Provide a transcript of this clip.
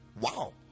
Wow